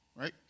right